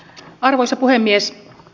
arvoisa puhemies